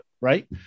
Right